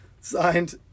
Signed